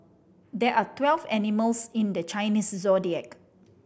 there are twelve animals in the Chinese Zodiac